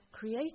Create